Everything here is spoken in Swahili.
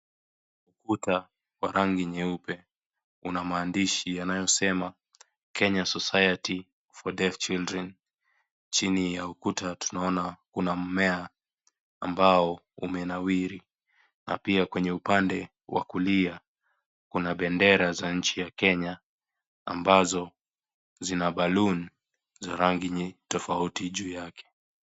Ukuta wa rangi nyeupe una maandishi yanayosema kenya society for deaf children. Chini ya ukuta tunaona kuna mmea ambao umenawiri na pia kwenye upande wa kulia kuna bendera za nchi ya Kenya ambazo zina balloon za rangi tofauti juu yake.